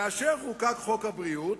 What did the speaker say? כאשר חוקק חוק הבריאות,